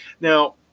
Now